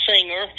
singer